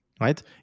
right